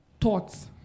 thoughts